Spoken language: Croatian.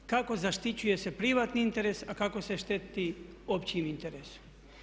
Kako zaštićuje se privatni interes, a kako se šteti općem interesu.